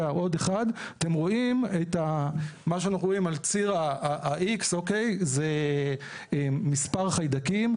מה שאנחנו רואים על ציר ה-X זה מספר חיידקים,